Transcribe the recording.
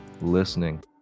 listening